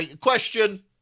Question